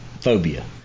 phobia